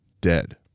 dead